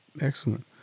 excellent